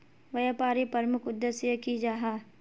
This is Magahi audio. व्यापारी प्रमुख उद्देश्य की जाहा?